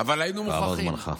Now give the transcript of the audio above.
עבר זמנך.